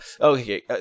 Okay